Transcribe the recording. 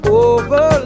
over